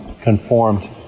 conformed